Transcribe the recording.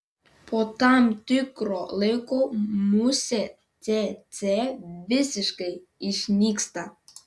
po tam tikro laiko musė cėcė visiškai išnyksta